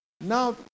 Now